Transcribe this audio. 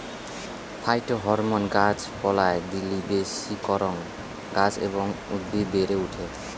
phytohormone গাছ পালায় দিলি বেশি করাং গাছ এবং উদ্ভিদ বেড়ে ওঠে